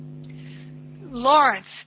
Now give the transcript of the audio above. Lawrence